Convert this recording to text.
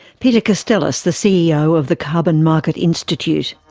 peter castellas, the ceo of the carbon market institute.